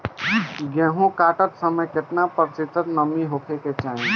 गेहूँ काटत समय केतना प्रतिशत नमी होखे के चाहीं?